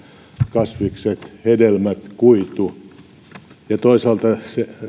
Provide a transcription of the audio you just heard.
kasvikset hedelmät kuitu ja toisaalta